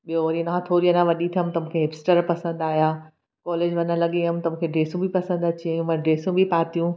ॿियो वरी हिन खां थोरी अञा वॾी थियमि त मूंखे हिपस्टर पसंदि आया कॉलेज वञणु लॻी हुयमि त मूंखे ड्रेसूं बि पसंदि अची वयूं मां ड्रेसूं बि पातियूं